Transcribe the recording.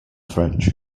french